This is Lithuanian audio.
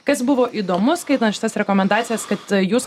kas buvo įdomu skaitant šitas rekomendacijas kad jūs